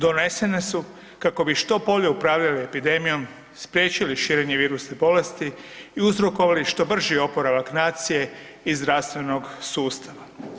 Donesene su kako bi što bolje upravljali epidemijom, spriječili širenje virusne bolesti i uzrokovali što brži oporavak nacije i zdravstvenog sustava.